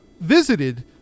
visited